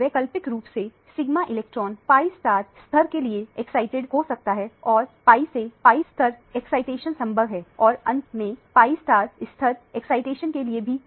वैकल्पिक रूप से सिग्मा इलेक्ट्रॉन pi स्तर के लिए एक्साइटेड हो सकता है औरpi से pi स्तर एक्साइटेशन संभव है और अंत में pi स्तर एक्साइटेशन के लिए भी संभव है